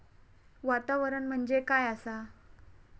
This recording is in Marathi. वातावरण म्हणजे काय आसा?